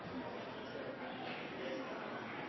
Det må